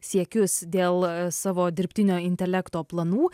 siekius dėl savo dirbtinio intelekto planų